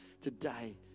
today